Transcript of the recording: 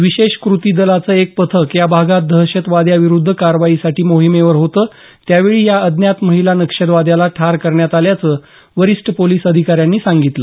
विशेष क्रती दलाचं एक पथक या भागात दहशतवाद्यांविरुद्ध कारवाईसाठी मोहीमेवर होतं त्यावेळी या अज्ञात महिला नक्षलवाद्याला ठार करण्यात आल्याचं वरिष्ठ पोलिस अधिकाऱ्यांनी सांगितलं